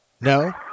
No